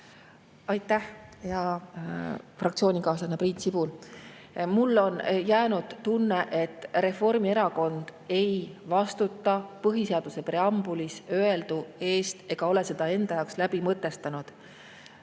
Aitäh, hea fraktsioonikaaslane Priit Sibul! Mulle on jäänud tunne, et Reformierakond ei vastuta põhiseaduse preambulis öeldu eest ega ole seda enda jaoks lahti mõtestanud.